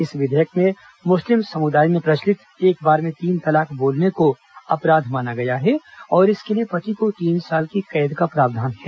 इस विधेयक में मुस्लिम समुदाय में प्रचलित एक बार में तीन तलाक बोलने को अपराध माना गया है और इसके लिए पति को तीन साल की कैद का प्रावधान है